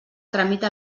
tramita